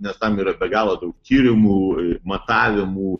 nes tam yra be galo daug tyrimų matavimų